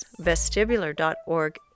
vestibular.org